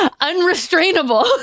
unrestrainable